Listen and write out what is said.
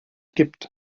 gibt